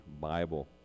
bible